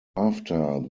after